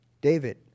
David